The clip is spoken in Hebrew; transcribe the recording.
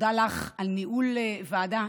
תודה לך על ניהול הוועדה.